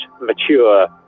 mature